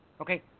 Okay